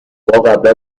قبلا